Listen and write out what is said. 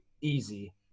easy